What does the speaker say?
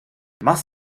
más